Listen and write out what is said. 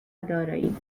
دارایی